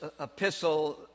epistle